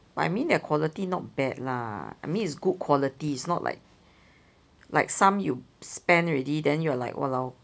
but I mean their quality not bad lah I mean it's good quality it's not like like some you spend already then you're like !walao!